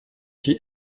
qui